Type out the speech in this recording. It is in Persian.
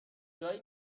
جایی